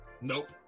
Nope